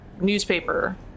newspaper